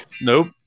Nope